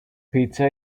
pizza